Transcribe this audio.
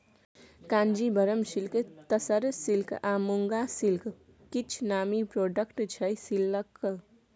Kanjeevaram silk, tussar silk आ muga silk किछ नामी प्रोडक्ट छै सिल्कक